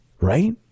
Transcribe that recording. right